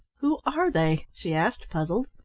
who are they? she asked, puzzled.